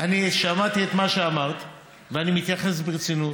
אני שמעתי את מה שאמרת ואני מתייחס ברצינות.